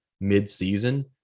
mid-season